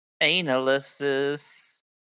analysis